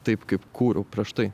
taip kaip kūriau prieš tai